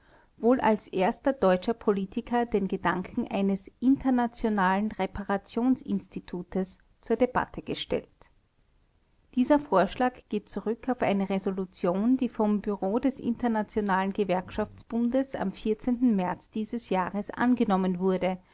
wohl als erster deutscher politiker den gedanken eines internationalen reparationsinstitutes zur debatte gestellt dieser vorschlag geht zurück auf eine resolution die vom bureau des internationalen gewerkschaftsbundes am märz d j angenommen wurde